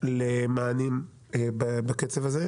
למענים בקצב הזה,